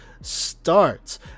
starts